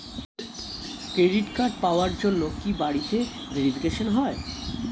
Credit card পাওয়ার জন্য কি বাড়িতে ভেরিফিকেশন হয়?